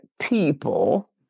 people